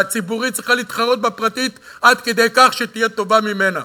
והציבורית צריכה להתחרות בפרטית עד כדי כך שתהיה טובה ממנה.